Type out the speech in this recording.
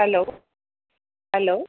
hello hello